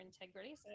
integrity